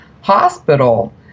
hospital